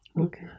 Okay